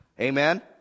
Amen